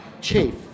chief